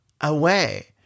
away